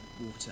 water